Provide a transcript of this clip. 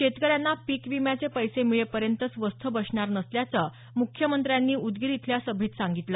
शेतकऱ्यांना पीक विम्याचे पैसे मिळेपर्यंत स्वस्थ बसणार नसल्याचं मुख्यमंत्र्यांनी उदगीर इथल्या सभेत सांगितलं